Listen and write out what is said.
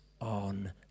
on